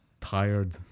tired